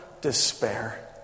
despair